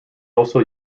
also